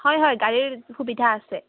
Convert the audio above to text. হয় হয় গাড়ীৰ সুবিধা আছে